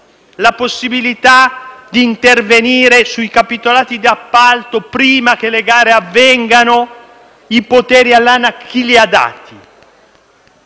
la possibilità di intervenire sui capitolati d'appalto prima che avvengano le gare? I poteri all'ANAC chi li ha dati?